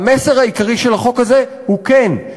המסר העיקרי של החוק הזה הוא: כן,